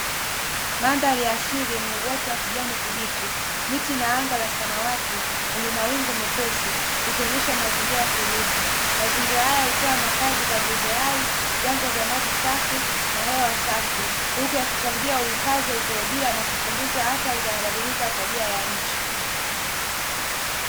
Mandhari ya asili yenye uoto wa kijani kibichi, miti na anga la sawati lenye mawingu mepesi likonesha mazingira tulivu. Mazingira haya hutoa makazi kwa viumbe hai, vyanzo vya maji safi na hewa safi huku ikichangia uhifadhi wa ikolojia na athari za mabadiliko ya tabia nchi.